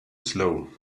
slow